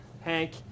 Hank